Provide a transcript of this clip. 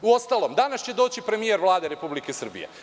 Uostalom, danas će doći premijer Vlade Republike Srbije.